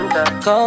Call